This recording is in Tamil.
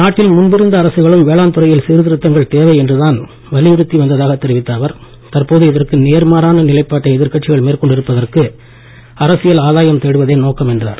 நாட்டில் முன்பிருந்த அரசுகளும் வேளாண் துறையில் சீர்திருத்தங்கள் தேவை என்றுதான் வலியுறுத்தி வந்ததாகத் தெரிவித்த அவர் தற்போது இதற்கு நேர்மாறான நிலைப்பாட்டை எதிர்கட்சிகள் மேற்கொண்டு இருப்பதற்கு அரசியல் ஆதாயம் தேடுவதே நோக்கம் என்றார்